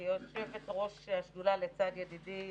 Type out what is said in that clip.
יושבת-ראש השדולה לצד ידידי,